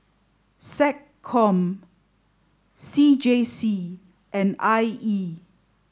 SecCom C J C and I E